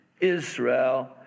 Israel